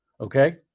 Okay